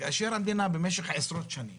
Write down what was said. אבל כאשר המדינה במשך עשרות שנים